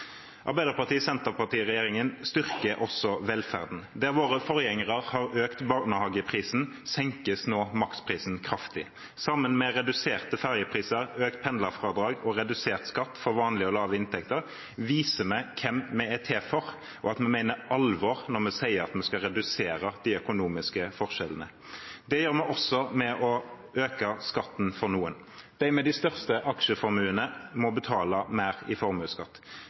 styrker også velferden. Der våre forgjengere har økt barnehageprisen, senkes nå maksprisen kraftig. Sammen med reduserte ferjepriser, et økt pendlerfradrag og redusert skatt for vanlige og lave inntekter viser vi hvem vi er til for, og at vi mener alvor når vi sier at vi skal redusere de økonomiske forskjellene. Det gjør vi også ved å øke skatten for noen. De med de største aksjeformuene må betale mer i formuesskatt.